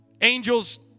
angels